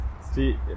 See